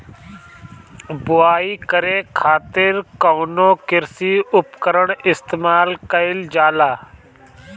बुआई करे खातिर कउन कृषी उपकरण इस्तेमाल कईल जाला?